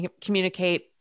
communicate